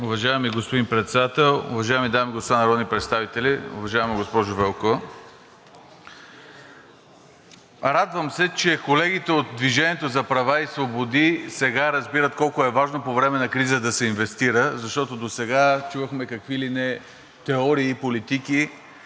Уважаеми господин Председател, уважаеми дами и господа народни представители, уважаема госпожо Велкова! Радвам се, че колегите от „Движение за права и свободи“ сега разбират колко е важно по време на криза да се инвестира, защото досега чувахме какви ли не теории и политики,